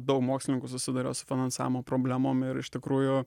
daug mokslininkų susiduria su finansavimo problemom ir iš tikrųjų